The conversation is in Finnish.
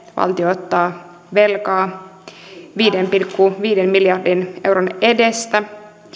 valtio ottaa velkaa viiden pilkku viiden miljardin euron edestä